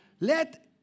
Let